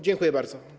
Dziękuję bardzo.